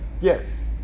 Yes